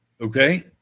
Okay